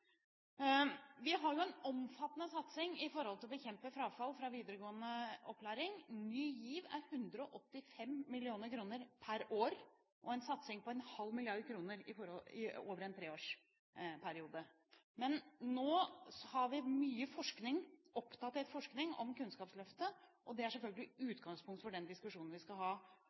Vi har jo en omfattende satsing når det gjelder å bekjempe frafall fra videregående opplæring. Ny GIV er på 185 mill. kr per år, og er en satsing på 0,5 mrd. kr over en treårsperiode. Men nå har vi mye oppdatert forskning om Kunnskapsløftet, og det er selvfølgelig utgangspunktet for den diskusjonen vi skal ha,